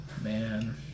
man